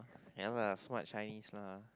ya lah smart Chinese lah